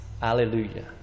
Hallelujah